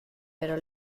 pero